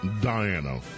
Diana